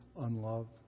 unloved